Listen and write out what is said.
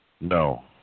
No